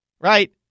right